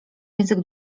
język